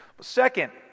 Second